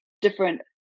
different